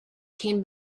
came